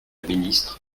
ministre